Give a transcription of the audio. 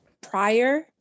prior